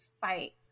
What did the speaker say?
fight